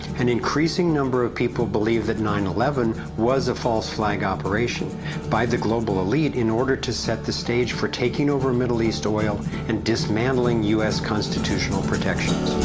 an increasing number of people believe that nine eleven was a false flag operation by the global elite in order to set the stage for taking over middle east oil and dismantling u s. constitutional protections.